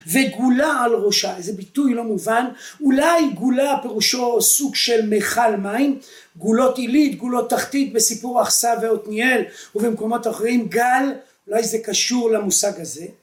וגולה על ראשה איזה ביטוי לא מובן, אולי גולה פירושו סוג של מיכל מים, גולות עילית, גולות תחתית בסיפור אכסא ועותניאל ובמקומות אחרים גל, אולי זה קשור למושג הזה